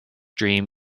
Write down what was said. dream